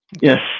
Yes